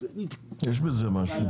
יש בזה משהו.